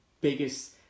biggest